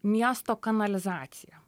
miesto kanalizacija